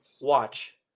Watch